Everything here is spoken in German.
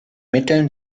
mitteln